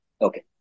okay